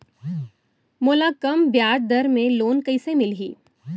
मोला कम ब्याजदर में लोन कइसे मिलही?